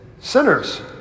sinners